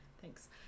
Thanks